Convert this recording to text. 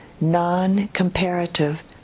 non-comparative